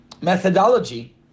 methodology